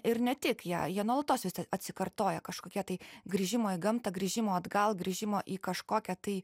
ir ne tik jie jie nuolatos vis a atsikartoja kažkokie tai grįžimo į gamtą grįžimo atgal grįžimo į kažkokią tai